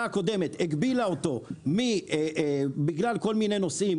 הקודמת הגבילה אותו בגלל כל מיני נושאים.